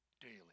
daily